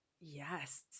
Yes